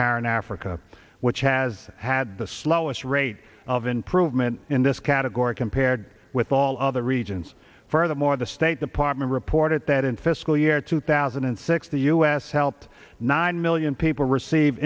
saharan africa which has had the slowest rate of improvement in this category compared with all other regions furthermore the state department reported that in fiscal year two thousand and six the us helped nine million people receive